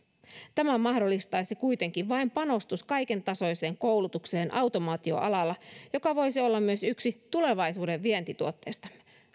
tämän mahdollistaisi kuitenkin vain panostus kaiken tasoiseen koulutukseen automaatioalalla joka voisi olla myös yksi tulevaisuuden vientituotteistamme